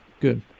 good